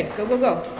go, go go